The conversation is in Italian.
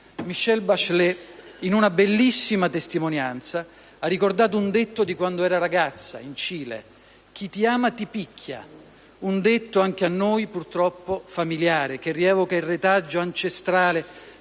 Michelle Bachelet, in una bellissima testimonianza, ha ricordato un detto di quando era ragazza in Cile: «chi ti ama ti picchia». È un detto purtroppo familiare anche a noi, che rievoca il retaggio ancestrale